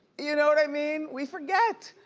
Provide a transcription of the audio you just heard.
you know what i mean? we forget.